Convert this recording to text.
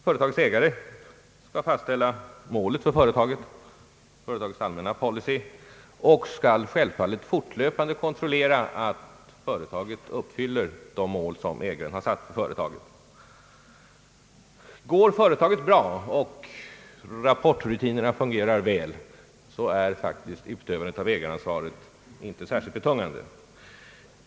Företagets ägare skall fastställa företagets målsättning, dess policy, och skall självfallet fortlöpande kontrollera att företaget uppfyller de målsättningar som ägaren satt upp för företaget. Går företaget bra och rapportrutiner na fungerar väl är utövandet av ägaransvaret inte särskilt betungande.